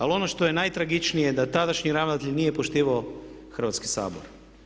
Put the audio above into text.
Ali ono što je najtragičnije da tadašnji ravnatelj nije poštivao Hrvatski sabor.